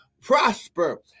prosper